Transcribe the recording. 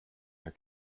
der